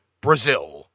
Brazil